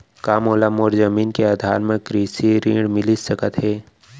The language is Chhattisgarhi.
का मोला मोर जमीन के आधार म कृषि ऋण मिलिस सकत हे?